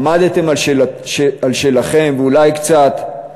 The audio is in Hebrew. עמדתם על שלכם, ואולי קצת,